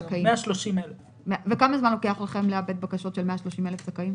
130,000. וכמה זמן לוקח לעבד בקשות של 130,000 זכאים?